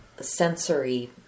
sensory